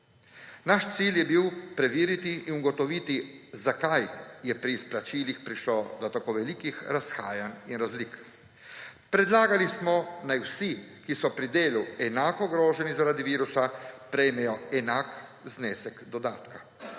Naš cilj je bil preveriti in ugotoviti, zakaj je pri izplačilih prišlo do tako velikih razhajanj in razlik. Predlagali smo naj vsi, ki so pri delu enako ogroženi zaradi virusa, prejmejo enak znesek dodatka.